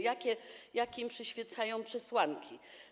Jakie im przyświecają przesłanki?